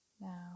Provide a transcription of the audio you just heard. now